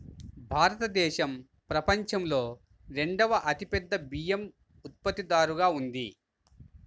భారతదేశం ప్రపంచంలో రెండవ అతిపెద్ద బియ్యం ఉత్పత్తిదారుగా ఉంది